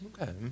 Okay